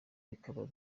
bikaba